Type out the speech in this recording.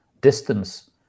distance